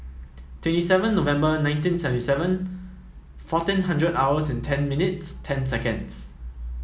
twenty seven November nineteen seventy seven fourteen hundred hours and ten minutes ten seconds